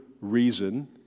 reason